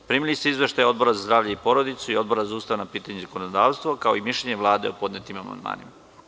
Primili ste izveštaje Odbora za zdravlje i porodicu i Odbora za ustavna pitanja i zakonodavstvo, kao i mišljenje Vlade o podnetim amandmanima.